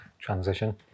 transition